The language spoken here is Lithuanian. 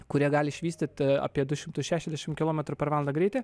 kurie gali išvystyti apie du šimtus šešiasdešimr kilometrų per valandą greitį